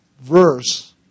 verse